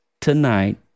tonight